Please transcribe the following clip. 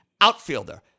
outfielder